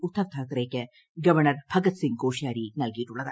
ഉദ്ധവ് താക്കറെയ്ക്ക് ഗവർണർ ഭഗത് സിങ് കോഷിയാരി നൽകിയിട്ടുള്ളത്